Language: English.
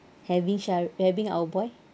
having shar having our boy